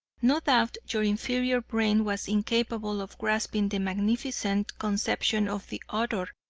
no doubt your inferior brain was incapable of grasping the magnificent conception of the author,